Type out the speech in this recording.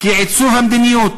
"הפעלת שיקול הדעת